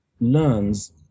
learns